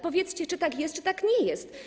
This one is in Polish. Powiedzcie, czy tak jest, czy tak nie jest.